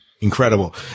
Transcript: incredible